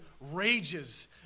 rages